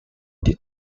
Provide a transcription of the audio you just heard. did